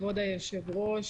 כבוד היושב-ראש,